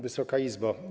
Wysoka Izbo!